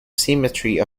symmetry